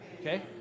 Okay